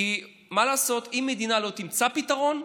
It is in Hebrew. כי מה לעשות, אם המדינה לא יימצא פתרון,